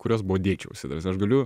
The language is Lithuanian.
kurios bodėčiausi ta prasme aš galiu